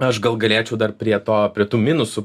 aš gal galėčiau dar prie to prie tų minusų